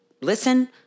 listen